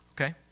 okay